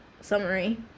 summary